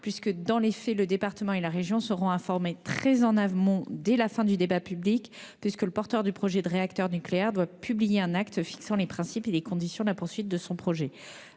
: dans les faits, le département et la région seront informés très en amont, dès la fin du débat public, le porteur du projet de réacteur nucléaire devant publier un acte fixant les principes et les conditions de la poursuite de son projet.